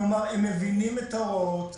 כלומר, הם מבינים את ההוראות.